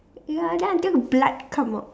ya then until the blood come out